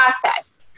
process